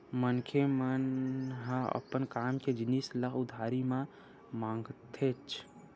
मनखे मन ह अपन काम के जिनिस ल उधारी म मांगथेच्चे